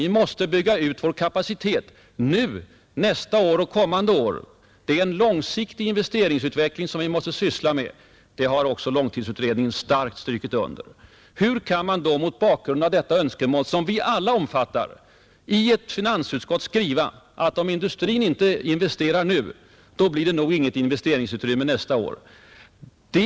Vi måste bygga ut vår kapacitet nu, nästa år och kommande år. Det är en långsiktig investeringsutveckling som vi måste syssla med — det har också långtidsutredningen starkt strukit under. Hur kan man då, mot bakgrund av sådana önskemål, som vi alla omfattar, skriva i ett betänkande från riksdagens finansutskott att om industrin inte investerar nu blir det nog inget investeringsutrymme nästa år?